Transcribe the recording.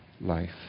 life